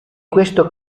questo